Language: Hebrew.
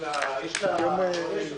גם אנטאנס,